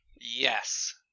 Yes